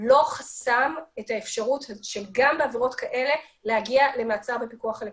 לא חסם את האפשרות גם בעבירות כאלה להגיע למעצר בפיקוח אלקטרוני.